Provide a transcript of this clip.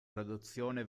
traduzione